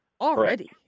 Already